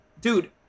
dude